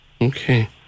Okay